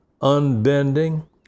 unbending